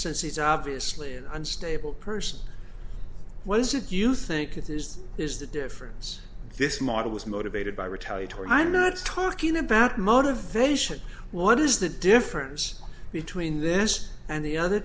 since he's obviously an unstable person what is it you think it is is the difference this model was motivated by retaliatory i'm not talking about motivation what is the difference between this and the other